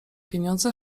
pieniądze